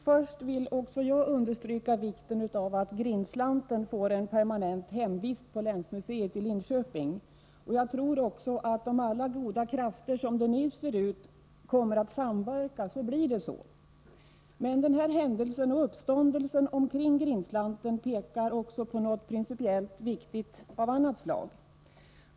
Herr talman! Också jag vill understryka vikten av att Grindslanten får ett permanent hemvist på länsmuseet i Linköping. Om alla goda krafter samverkar — vilket nu tycks vara möjligt — blir det på det sättet. Men den aktuella händelsen och uppståndelsen kring Grindslanten pekar även på en principiellt viktig sak av annat slag.